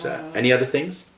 any other things?